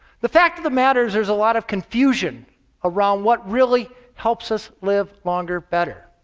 the fact of the matter is there is a lot of confusion around what really helps us live longer better.